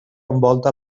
envolta